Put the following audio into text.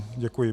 Děkuji.